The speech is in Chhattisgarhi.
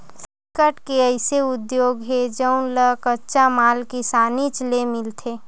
बिकट के अइसे उद्योग हे जउन ल कच्चा माल किसानीच ले मिलथे